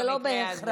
זה לא בהכרח.